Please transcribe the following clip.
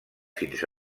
fins